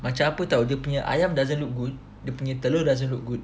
macam apa tau dia punya ayam doesn't look good dia punya telur doesn't look good